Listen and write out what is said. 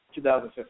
2015